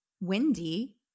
windy